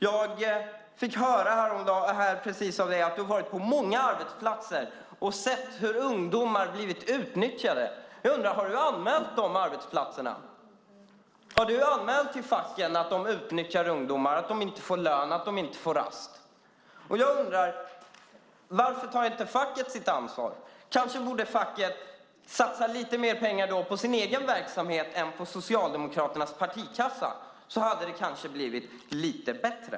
Jag fick höra precis av dig, Monica, att du har varit på många arbetsplatser och sett hur ungdomar blivit utnyttjade. Jag undrar: Har du anmält dessa arbetsplatser? Har du anmält till facken att dessa ungdomar utnyttjas, att de inte får lön, att de inte får rast? Varför tar inte facket sitt ansvar? Kanske borde facket satsa lite mer pengar på sin egen verksamhet än på Socialdemokraternas partikassa. Då hade det kanske blivit lite bättre.